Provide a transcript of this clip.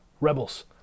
rebels